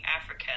africa